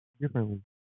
differently